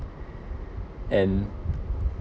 and